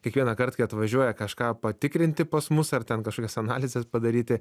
kiekvienąkart kai atvažiuoja kažką patikrinti pas mus ar ten kažkokias analizes padaryti